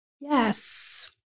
Yes